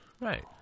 Right